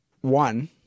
One